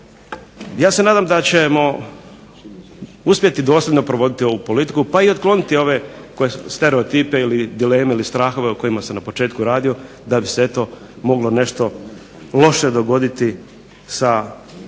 Ja se nadam da ćemo uspjeti dosljedno provoditi ovu politiku, pa i otkloniti ove stereotipe ili dileme ili strahove o kojima se na početku radilo da bi se eto moglo nešto loše dogoditi sa Hrvatima